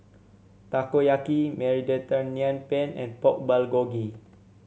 Takoyaki Mediterranean Penne and Pork Bulgogi